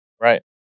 right